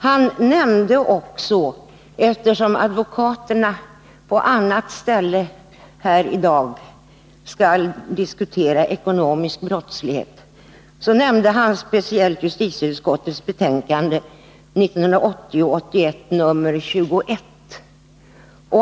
Han nämnde också speciellt — eftersom advokaterna på annat ställe här i dag skall diskutera ekonomisk brottslighet — justitieutskottets betänkande 1980/81:21.